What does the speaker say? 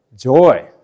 joy